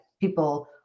people